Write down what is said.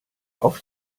auf